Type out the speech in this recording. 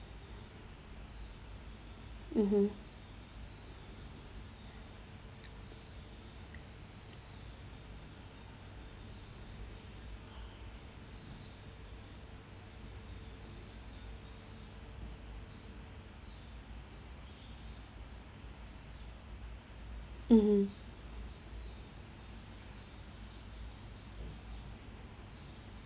mmhmm mmhmm